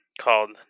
called